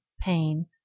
pain